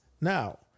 Now